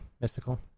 Mystical